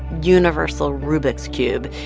universal rubik's cube,